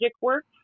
work